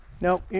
No